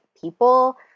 people